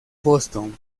boston